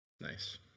nice